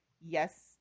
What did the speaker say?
yes